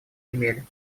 имели